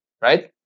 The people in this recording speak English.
right